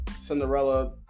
Cinderella